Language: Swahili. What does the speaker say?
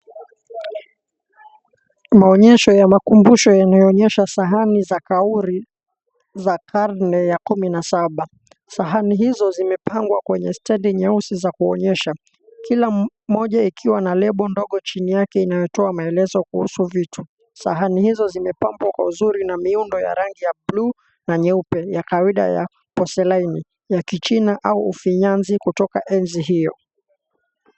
Maonyesho ya makumbusho yanayoonyesha sahani za kauri za karne ya kumi na saba, sahani hizo zimepangwa kwenye stendi nyeusi za kuonyesha kila mmoja ikiwa na lebo ndogo chini yake inayotoa maelezo kuhusu vitu. Sahani hizo zimepambwa kwa uzuri na miundo ya rangi ya blue na nyeupe ya kawaida ya poselaini ya kichina au ufinyanzi kutoka enzi hiyo.